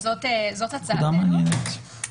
זאת הצעתנו.